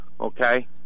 Okay